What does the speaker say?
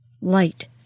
Light